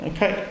Okay